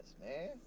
man